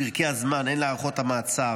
פרקי הזמן בחוק המעצרים,